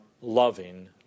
loving